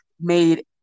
made